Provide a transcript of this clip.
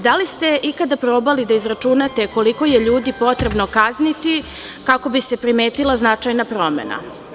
Da li ste ikada probali da izračunate koliko je ljudi potrebno kazniti kako bi se primetila značajna promena.